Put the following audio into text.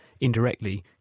indirectly